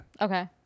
okay